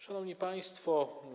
Szanowni Państwo!